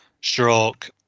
stroke